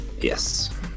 Yes